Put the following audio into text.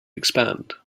expand